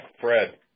Fred